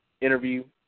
interview